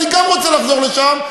אני רוצה לחזור לשם.